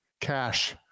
cash